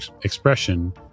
expression